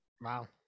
Wow